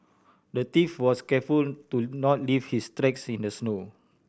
the thief was careful to not leave his tracks in the snow